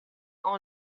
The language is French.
ont